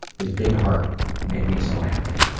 his big heart made me so happy.